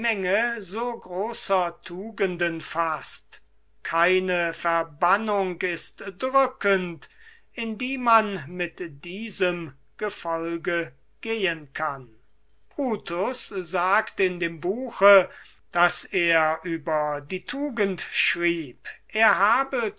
so großer tugenden faßt keine verbannung ist drückend in die man mit diesem gefolge gehen kann brutus sagt in dem buche das er über die tugend schrieb er habe